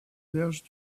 berges